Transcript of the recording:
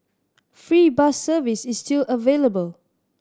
free bus service is still available